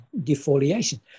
defoliation